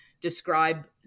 describe